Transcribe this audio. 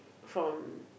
from